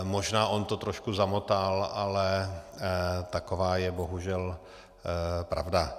Možná on to trošku zamotal, ale taková je bohužel pravda.